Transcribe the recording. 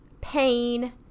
pain